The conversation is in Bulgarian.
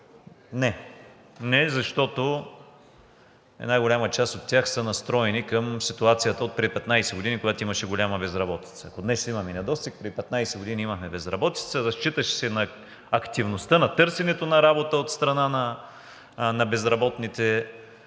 Не, защото една голяма част от тях са настроени към ситуацията отпреди 15 години, когато имаше голяма безработица. Ако днес ще имаме недостиг, преди 15 години имахме безработица и разчиташ на активността на търсенето на работа от страна на безработните,